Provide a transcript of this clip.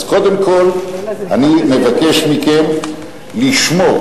אז קודם כול, אני מבקש מכם לשמור